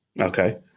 Okay